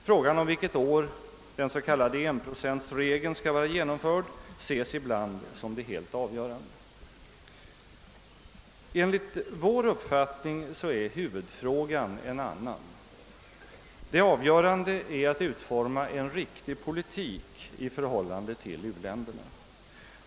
Frågan om vilket år enprocentregeln skall vara genomförd ses ibland som det helt avgörande. Enligt vår uppfattning är huvudfrågan en annan. Det avgörande är att utforma en riktig politik i förhållande till u-länderna.